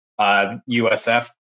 USF